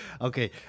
Okay